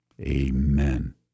Amen